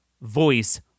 voice